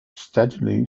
steadily